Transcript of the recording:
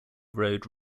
road